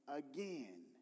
again